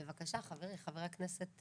בבקשה חברים, חבר הכנסת